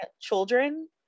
children